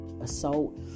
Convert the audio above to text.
assault